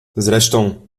zresztą